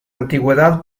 antigüedad